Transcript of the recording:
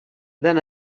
than